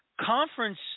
conference